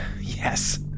Yes